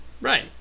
Right